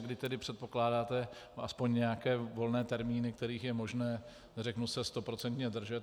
A kdy tedy předpokládáte aspoň nějaké volné termíny, kterých je možné se stoprocentně držet?